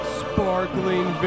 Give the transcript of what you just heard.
sparkling